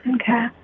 Okay